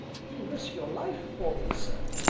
you risked your life for me, sir,